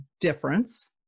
difference